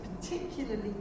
particularly